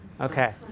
Okay